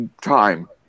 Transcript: time